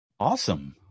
Awesome